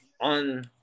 on